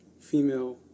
female